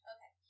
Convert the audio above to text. Okay